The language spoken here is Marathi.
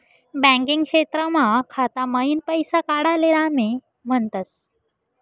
बैंकिंग क्षेत्रमा खाता मईन पैसा काडाले नामे म्हनतस